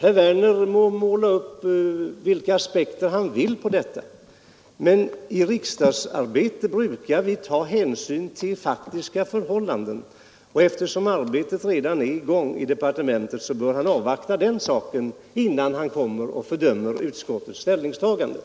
Herr Werner må måla upp vilka aspekter han vill på detta, men i riksdagsarbetet brukar vi ta hänsyn till faktiska förhållanden. Eftersom arbetet redan är i gång i departementet, bör han väl avvakta resultatet innan han fördömer utskottets ställningstagande.